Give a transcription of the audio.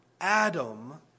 Adam